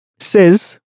says